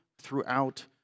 throughout